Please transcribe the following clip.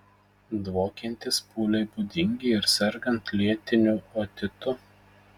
dvokiantys pūliai būdingi ir sergant lėtiniu otitu